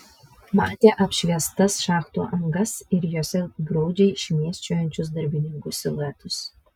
matė apšviestas šachtų angas ir jose graudžiai šmėsčiojančius darbininkų siluetus